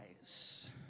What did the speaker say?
eyes